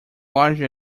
largely